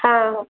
ಹಾಂ